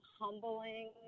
humbling